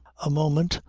a moment,